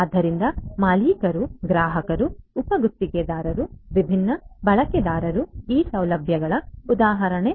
ಆದ್ದರಿಂದ ಮಾಲೀಕರು ಗ್ರಾಹಕರು ಉಪ ಗುತ್ತಿಗೆದಾರರು ವಿಭಿನ್ನ ಬಳಕೆದಾರರು ಈ ಸೌಲಭ್ಯಗಳ ಉದಾಹರಣೆಗಳಾಗಿವೆ